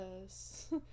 Yes